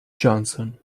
johnson